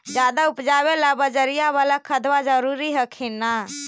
ज्यादा उपजाबे ला बजरिया बाला खदबा जरूरी हखिन न?